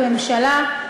כממשלה,